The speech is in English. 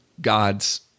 God's